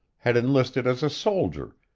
had enlisted as a soldier,